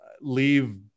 leave